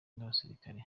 n’abasirikare